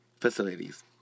facilities